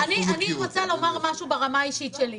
אני רוצה לומר משהו ברמה האישית שלי,